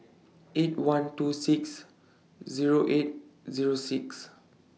eight one two six Zero eight Zero six